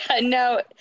No